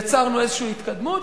יצרנו בהם איזושהי התקדמות,